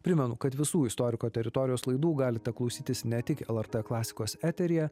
primenu kad visų istoriko teritorijos laidų galite klausytis ne tik lrt klasikos eteryje